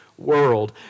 World